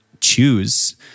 choose